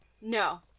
No